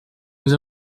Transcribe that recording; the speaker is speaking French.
nous